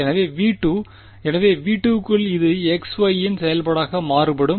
எனவே V2 எனவே V2 க்குள் இது x y இன் செயல்பாடாக மாறுபடும்